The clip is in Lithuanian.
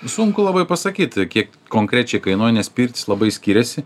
sunku labai pasakyti kiek konkrečiai kainuoja nes pirtys labai skiriasi